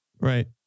Right